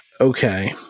Okay